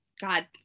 God